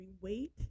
weight